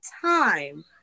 time